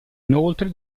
inoltre